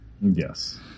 Yes